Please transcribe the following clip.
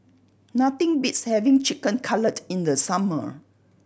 nothing beats having Chicken Cutlet in the summer